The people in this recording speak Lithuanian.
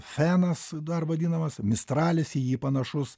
fenas dar vadinamas mistralis į jį panašus